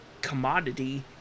commodity